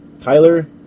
Tyler